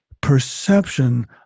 perception